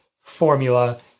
formula